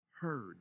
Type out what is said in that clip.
heard